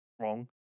wrong